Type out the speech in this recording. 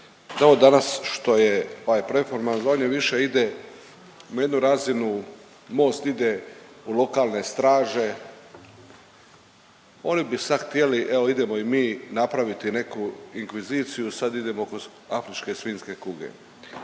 no danas što je ovaj performans manje-više ide na jednu razinu Most ide u lokalne straže. Oni bi sad htjeli evo idemo i mi napraviti neku inkviziciju, sad idemo kroz afričke svinjske kuge.